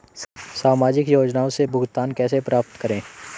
सामाजिक योजनाओं से भुगतान कैसे प्राप्त करें?